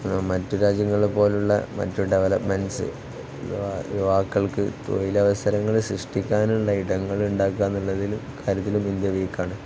മറ്റു രാജ്യങ്ങളിലെ പോലെയുള്ള മറ്റു ഡെവലപ്മെൻറ്സ് യുവാക്കൾക്ക് തൊഴിലവസരങ്ങള് സൃഷ്ടിക്കാനുള്ള ഇടങ്ങളുണ്ടാക്കുകയെന്നുള്ള കാര്യത്തിലും ഇന്ത്യ വീക്കാണ്